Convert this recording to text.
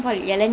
ya